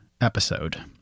episode